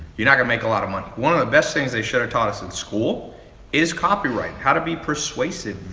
you're not going to make a lot of money. one of the best things they should have taught us in school is copy writing, how to be persuasive.